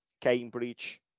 Cambridge